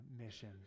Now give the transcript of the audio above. mission